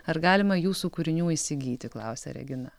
ar galima jūsų kūrinių įsigyti klausia regina